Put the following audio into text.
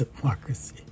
Democracy